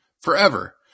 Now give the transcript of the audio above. forever